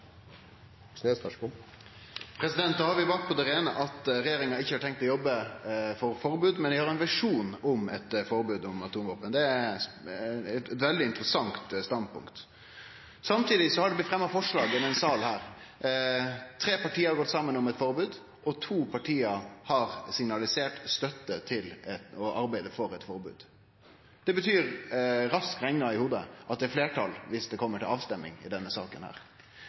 Da har vi bringa på det reine at regjeringa ikkje har tenkt å jobbe for forbod, men dei har ein visjon om eit forbod mot atomvåpen. Det er eit veldig interessant standpunkt. Samtidig har det blitt fremja forslag i denne salen. Tre parti har gått saman om eit forslag om eit forbod, og to parti har signalisert støtte til å arbeide for eit forbod. Det betyr – raskt rekna i hovudet – at det får fleirtal viss det blir avstemming i denne saka.